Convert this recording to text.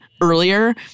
earlier